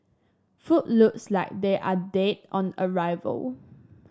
food looks like they are dead on arrival